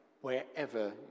wherever